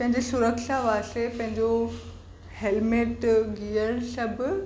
पंहिंजी सुरक्षा वास्ते पैंजो हेलमेट गिअर सभु